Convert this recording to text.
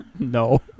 No